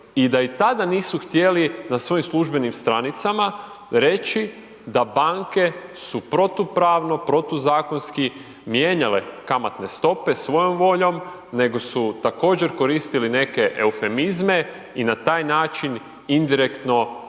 i da i tada nisu htjeli na svojim službenim stranicama reći da banke su protupravno, protuzakonski mijenjale kamatne stope svojom voljom nego su također koristili neke eufemizme i na taj način indirektno